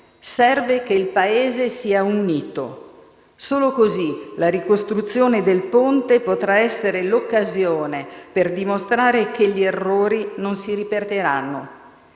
Serve che il Paese sia unito. Solo così la ricostruzione del ponte potrà essere l'occasione per dimostrare che gli errori non si ripeteranno.